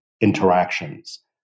interactions